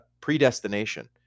Predestination